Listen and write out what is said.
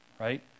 Right